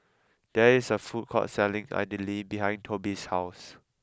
there is a food court selling Idili behind Toby's house